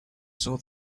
saw